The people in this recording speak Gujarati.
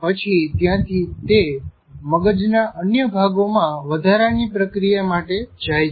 પછી ત્યાં થી તે મગજના અન્ય ભાગોમાં વધારાની પ્રક્રીયા માટે જાઈ છે